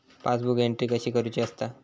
Passbook entry कशी करुची असता?